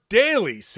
daily